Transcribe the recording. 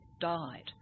died